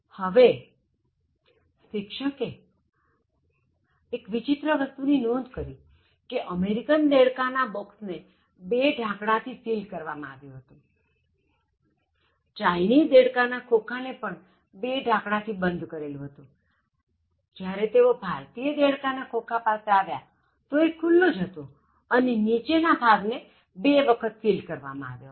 હવે શિક્ષકે એક વિચિત્ર વસ્તુ ની નોંધ કરી કે અમેરિકન દેડકા ના બોક્સ ને બે ઢાંકણા થી સિલ કરવામાં આવ્યું હતું ચાઇનીઝ દેડકા ના ખોખા ને પણ બે ઢાંકણા થી બંધ કરેલું હતું જ્યારે તેઓ ભારતીય દેડકા ના ખોખા પાસે આવ્યા તો એ ખુલ્લું જ હતું અને નીચેના ભાગ ને બે વખત સિલ કરવામાં આવ્યો હતો